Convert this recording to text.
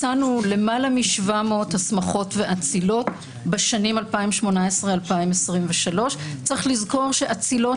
מצאנו יותר מ-700 הסמכות ואצילות בשנים 2023-2018. צריך לזכור שאצילות